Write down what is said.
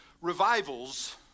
revivals